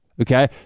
Okay